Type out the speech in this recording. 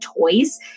toys